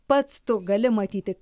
pats tu gali matyti